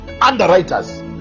underwriters